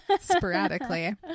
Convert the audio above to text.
sporadically